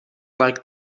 like